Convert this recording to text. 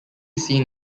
seen